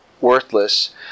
worthless